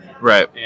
Right